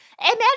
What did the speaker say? Imagine